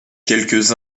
quelques